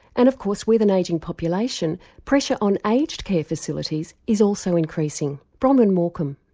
and of course, with an ageing population, pressure on aged care facilities is also increasing. bronwyn morkham.